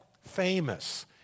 famous